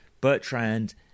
Bertrand